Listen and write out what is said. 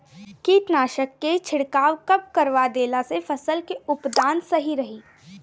कीटनाशक के छिड़काव कब करवा देला से फसल के उत्पादन सही रही?